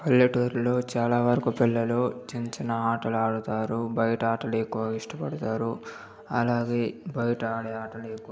పల్లెటూరిలో చాలావరకు పిల్లలు చిన్న చిన్న ఆటలాడతారు బయట ఆటలు ఎక్కువ ఇష్టపడతారు అలాగే బయట ఆడే ఆటలు ఎక్కువ ఆడతారు